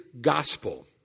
gospel